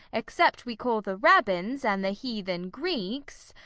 except we call the rabbins, and the heathen greeks